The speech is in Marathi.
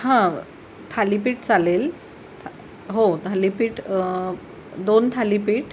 हां थालीपीठ चालेल था हो थालीपीठ दोन थालीपीठ